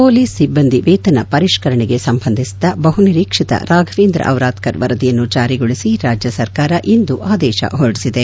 ಮೊಲೀಸ್ಸಿಬ್ಲಂದಿ ವೇತನ ಪರಿಷ್ಠರಣೆಗೆ ಸಂಬಂಧಿಸಿದ ಬಹುನಿರೀಕ್ಷಿತ ರಾಘವೇಂದ್ರ ಡಿರದ್ಧರ್ ವರದಿಯನ್ನು ಜಾರಿಗೊಳಿಸಿ ರಾಜ್ಯ ಸರ್ಕಾರ ಇಂದು ಆದೇಶ ಹೊರಡಿಸಿದೆ